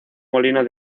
molino